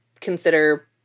consider